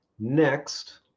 Next